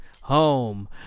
home